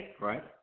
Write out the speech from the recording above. Right